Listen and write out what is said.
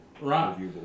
Right